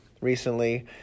recently